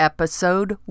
Episode